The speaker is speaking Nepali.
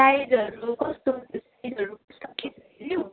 साइजहरू कस्तो कस्तो